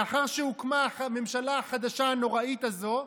לאחר שהוקמה הממשלה החדשה הנוראית הזו,